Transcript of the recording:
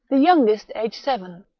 the youngest aged seven,